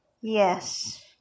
Yes